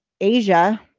Asia